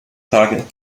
tage